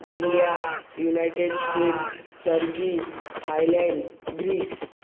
India United States turkey Thailand Greece